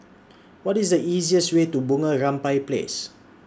What IS The easiest Way to Bunga Rampai Place